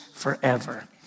forever